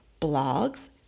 blogs